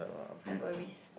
cyber risk